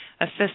assist